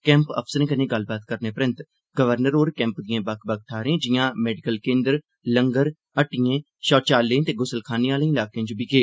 camp अफसरें कन्नै गल्लबात करने परैन्त गवर्नर होर कैंप दिएं बक्ख बक्ख थाहरें जिआं मैडिकल केन्द्र लंगर हट्टिएं शौचालयें ते गुसलखानें आहले इलाकें च बी गे